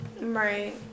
right